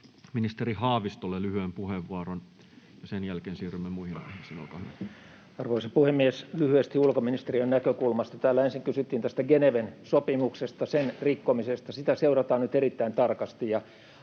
tilanteesta Time: 14:47 Content: Arvoisa puhemies! Lyhyesti ulkoministeriön näkökulmasta. Täällä ensin kysyttiin tästä Geneven sopimuksesta, sen rikkomisesta. Sitä seurataan nyt erittäin tarkasti,